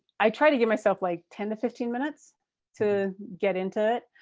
i try to give myself like ten to fifteen minutes to get into it.